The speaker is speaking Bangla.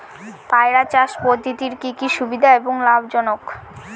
পয়রা চাষ পদ্ধতির কি কি সুবিধা এবং লাভ আছে?